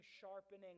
sharpening